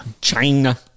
China